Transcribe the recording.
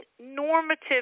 normative